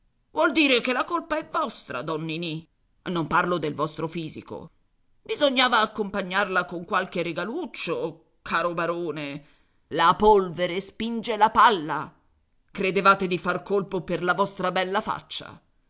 vuol dire che la colpa è vostra don ninì non parlo del vostro fisico bisognava accompagnarla con qualche regaluccio caro barone la polvere spinge la palla credevate di far colpo per la vostra bella faccia